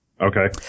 Okay